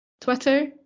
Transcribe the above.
twitter